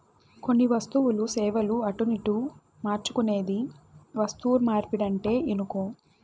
కొన్ని వస్తువులు, సేవలు అటునిటు మార్చుకునేదే వస్తుమార్పిడంటే ఇనుకో